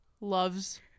Loves